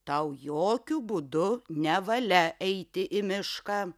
tau jokiu būdu nevalia eiti į mišką